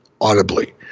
audibly